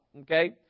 okay